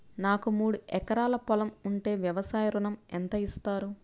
నాకు మూడు ఎకరాలు పొలం ఉంటే వ్యవసాయ ఋణం ఎంత ఇస్తారు?